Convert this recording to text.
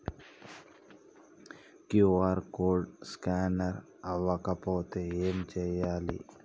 QR code scanner అవ్వకపోతే ఏం చేయాలి?